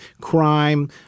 crime